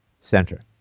center